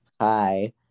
hi